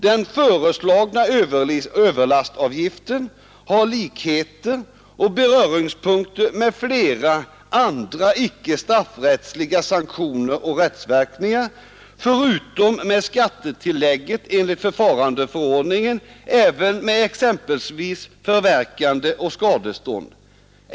Den föreslagna överlastavgiften har likheter och beröringspunkter med flera andra icke straffrättsliga sanktioner och rättsverkningar, förutom med skattetilläggen enligt förfarandeförordningen också med exempelvis förverkande och skadestånd.